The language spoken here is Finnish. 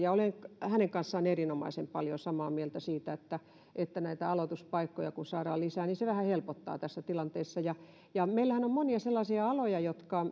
ja olen hänen kanssaan erinomaisen paljon samaa mieltä siitä että että näitä aloituspaikkoja kun saadaan lisää niin se vähän helpottaa tässä tilanteessa meillähän on monia sellaisia aloja jotka